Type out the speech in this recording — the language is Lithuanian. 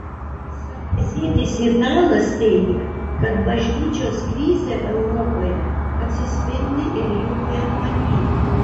salezietis italas teigia kad bažnyčios krizė europoje atsispindi ir jų vienuolyne